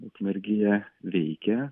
ukmergėje veikia